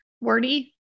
wordy